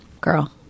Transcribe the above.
girl